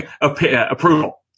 approval